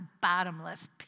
bottomless